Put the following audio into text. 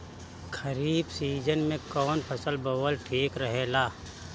खरीफ़ season में कौन फसल बोअल ठिक रहेला ह?